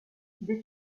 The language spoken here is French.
des